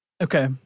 okay